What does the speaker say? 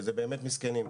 וזה באמת מסכנים,